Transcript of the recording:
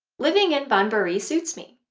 living in banbury suits me.